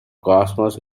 cosmos